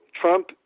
Trump